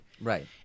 Right